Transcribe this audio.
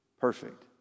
perfect